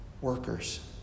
workers